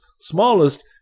smallest